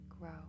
grow